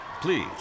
please